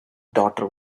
daughter